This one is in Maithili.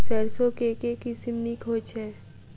सैरसो केँ के किसिम नीक होइ छै?